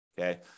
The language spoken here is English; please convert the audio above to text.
okay